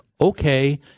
okay